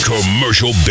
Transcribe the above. Commercial